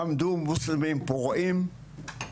עמדו מוסלמים פורעים,